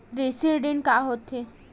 कृषि ऋण का होथे?